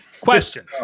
question